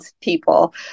people